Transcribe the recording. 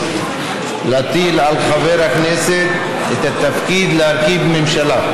להטיל על חבר הכנסת את התפקיד להרכיב ממשלה,